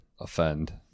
offend